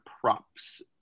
props